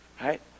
right